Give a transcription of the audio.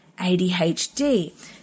ADHD